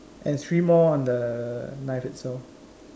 and three more on the knife itself